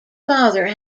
father